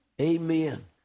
Amen